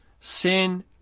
sin